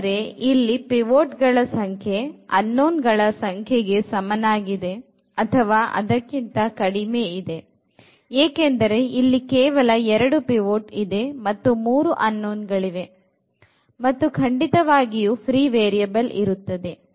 ಅಂದರೆ ಇಲ್ಲಿ ಪಿವೋಟ ಗಳ ಸಂಖ್ಯೆ unknown ಗಳ ಸಂಖ್ಯೆಗೆ ಸಮನಾಗಿದೆ ಅಥವಾ ಅದಕ್ಕಿಂತ ಕಡಿಮೆ ಇದೆ ಏಕೆಂದರೆ ಇಲ್ಲಿ ಕೇವಲ 2 ಪಿವೋಟ ಇದೆ ಮತ್ತು 3 unknown ಇದೆ ಮತ್ತು ಖಂಡಿತವಾಗಿಯೂ ಫ್ರೀ ವೇರಿಯಬಲ್ ಇರುತ್ತದೆ